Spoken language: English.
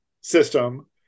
system